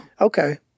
Okay